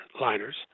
liners